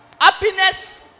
Happiness